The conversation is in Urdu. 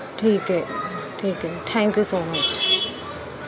ٹھیک ہے ٹھیک ہے ٹھینک یو سو مچ